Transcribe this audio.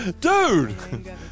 dude